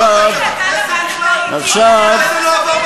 המתווה הזה בכלל לא עבר בכנסת.